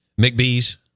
McBee's